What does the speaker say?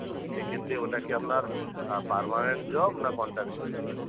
তো সেক্ষেত্রে ওটা কি আপনার পার্মানেন্ট জব না কন্ট্রাকচুয়াল জব